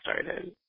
started